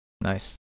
Nice